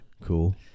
Cool